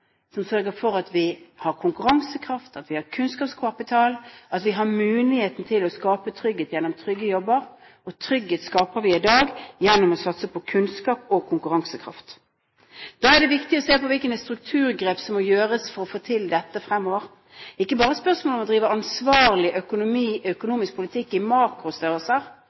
som sørger for at vi har konkurransekraft, at vi har kunnskapskapital, og at vi har muligheten til å skape trygghet gjennom trygge jobber, og trygghet skaper vi i dag gjennom å satse på kunnskap og konkurransekraft. Da er det viktig å se på hvilke strukturgrep som må gjøres for å få til dette fremover. Det er ikke bare et spørsmål om å drive ansvarlig økonomisk politikk i